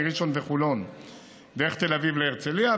מראשון וחולון דרך תל אביב להרצליה,